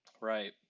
Right